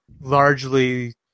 largely